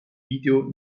video